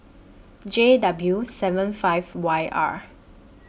J W seven five Y R